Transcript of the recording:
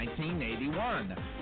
1981